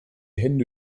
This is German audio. hände